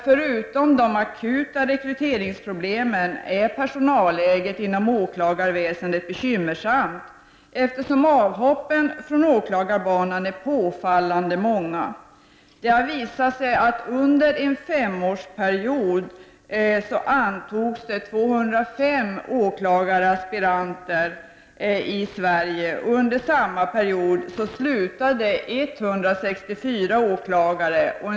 Förutom de akuta rekryteringsproblemen är emellertid personalläget inom åklagarväsendet bekymmersamt, eftersom avhoppen från åklagarbanan är påfallande många. Det har visat sig att under en femårsperiod antogs 205 åklagaraspiranter i Sverige, medan under samma period 164 åklagare slutade.